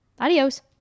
adios